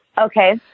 Okay